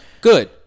Good